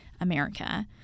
America